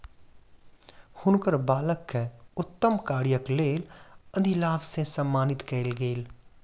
हुनकर बालक के उत्तम कार्यक लेल अधिलाभ से सम्मानित कयल गेल